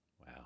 Wow